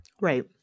Right